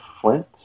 Flint